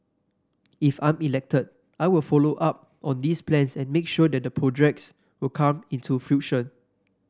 if I'm elected I will follow up on these plans and make sure that the projects will come into fruition